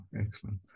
Excellent